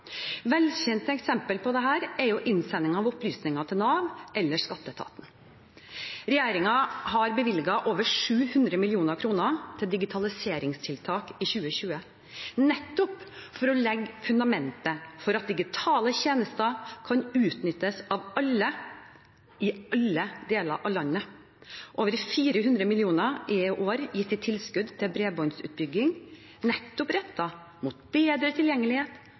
på dette er innsending av opplysninger til Nav eller skatteetaten. Regjeringen har bevilget over 700 mill. kr til digitaliseringstiltak i 2020 nettopp for å legge fundamentet for at digitale tjenester kan utnyttes av alle i alle deler av landet. Over 400 mill. kr er i år gitt i tilskudd til bredbåndsutbygging nettopp rettet mot bedre tilgjengelighet